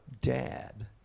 dad